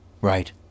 Right